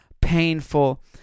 painful